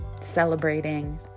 celebrating